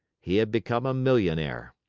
he had become a millionaire.